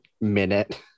minute